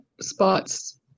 spots